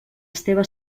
esteve